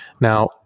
Now